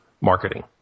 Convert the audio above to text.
marketing